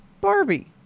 Barbie